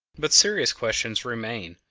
but serious questions remain.